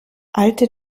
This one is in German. alte